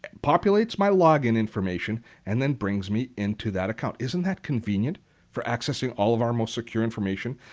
populates my log-in information and then brings me into that account. isn't that convenient for accessing all of our most secure information?